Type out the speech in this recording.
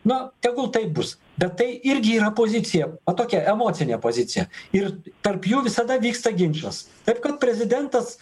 na tegul taip bus bet tai irgi yra pozicija o tokia emocinė pozicija ir tarp jų visada vyksta ginčas taip kad prezidentas